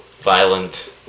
Violent